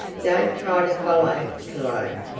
don't try to follow, cologne.